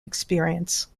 experience